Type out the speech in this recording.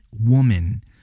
woman